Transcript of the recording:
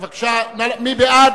בבקשה, מי בעד?